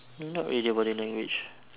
not really body language